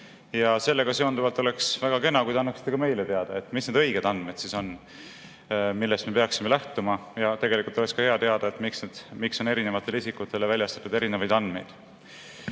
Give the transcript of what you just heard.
Sellega seonduvalt oleks väga kena, kui te annaksite ka meile teada, mis on need õiged andmed, millest me peaksime lähtuma, ja tegelikult oleks hea teada, miks on erinevatele isikutele väljastatud erinevaid andmeid.